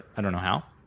i don't know how.